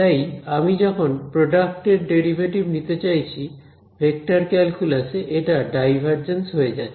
তাই আমি যখন প্রোডাক্টের ডেরিভেটিভ নিতে চাইছি ভেক্টর ক্যালকুলাস এ এটা ডাইভারজেন্স হয়ে যাচ্ছে